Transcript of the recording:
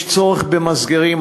יש צורך במסגרים,